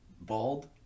Bald